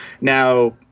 now